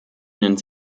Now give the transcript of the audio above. ins